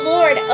Lord